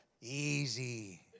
Easy